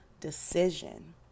decision